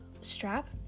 strap